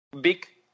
big